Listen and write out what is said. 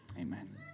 Amen